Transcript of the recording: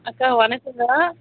அக்கா வணக்கம் அக்கா